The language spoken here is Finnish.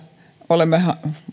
olemme